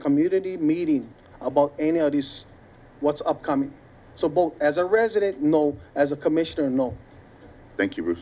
community meeting about any of these what's upcoming so both as a resident know as a commissioner no thank you